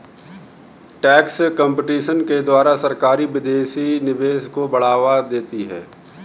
tax competition के द्वारा सरकारी विदेशी निवेश को बढ़ावा देती है